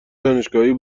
دانشگاهی